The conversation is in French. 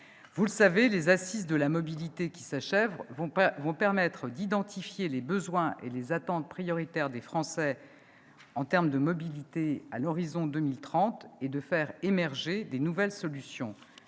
Vous le savez, les assises de la mobilité qui s'achèvent vont permettre d'identifier les besoins et les attentes prioritaires des Français en termes de mobilité à l'horizon de 2030, mais aussi de faire émerger de nouvelles solutions.